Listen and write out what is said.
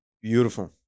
Beautiful